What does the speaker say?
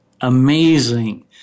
amazing